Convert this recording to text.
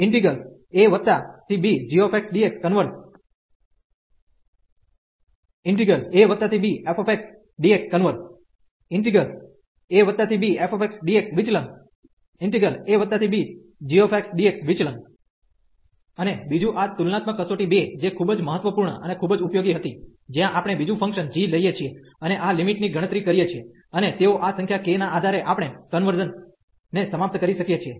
abgxdxકન્વર્ઝ ⟹abfxdxકન્વર્ઝ abfxdxવિચલન⟹abgxdxવિચલન અને બીજું આ તુલનાત્મક કસોટી 2 જે ખૂબ જ મહત્વપૂર્ણ અને ખૂબ જ ઉપયોગી હતી જ્યાં આપણે બીજું ફંકશન g લઈએ છીએ અને આ લિમિટ ની ગણતરી કરીએ છીએ અને તેઓ આ સંખ્યા k ના આધારે આપણે કન્વર્ઝન ને સમાપ્ત કરી શકીએ છીએ